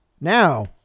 Now